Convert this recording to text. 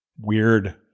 weird